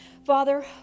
father